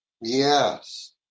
Yes